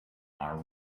are